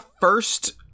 first-